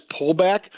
pullback –